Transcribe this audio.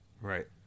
Right